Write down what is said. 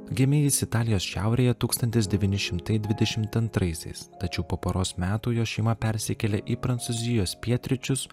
gimė jis italijos šiaurėje tūkstantis devyni šimtai dvidešimt antraisiais tačiau po poros metų jo šeima persikėlė į prancūzijos pietryčius